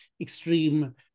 Extreme